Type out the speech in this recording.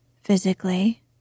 physically